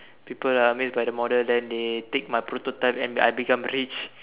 people are amazed by the model then they take my prototype and I become rich